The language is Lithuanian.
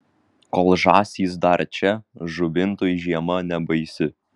kol žąsys dar čia žuvintui žiema nebaisi